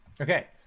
Okay